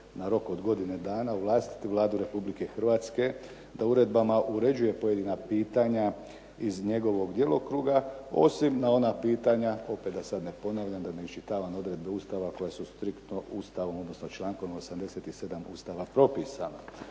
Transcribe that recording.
na rok od godine dana ovlastiti Vladu Republike Hrvatske da uredbama uređuje pojedina pitanja iz njegovog djelokruga, osim na pitanja, opet da sad ne ponavljam, da ne iščitavam odredbe Ustava koje su striktno Ustavom, odnosno člankom 87. Ustava propisano.